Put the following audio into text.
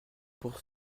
pour